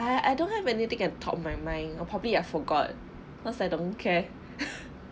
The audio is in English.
I I don't have anything on top of my mind or probably I forgot plus I don't care